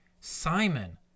Simon